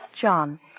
John